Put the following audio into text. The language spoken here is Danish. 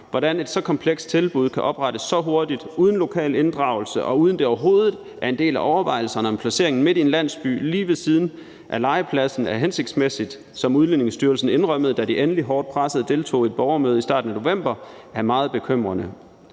Hvordan et så komplekst tilbud kan oprettes så hurtigt uden lokal inddragelse, og uden at det overhovedet er en del af overvejelserne, om en placering midt i en landsby lige ved siden af legepladsen er hensigtsmæssig, som Udlændingestyrelsen indrømmede, da de endelig hårdt presset deltog i et borgermøde i starten af november, er meget bekymrende.